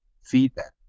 feedback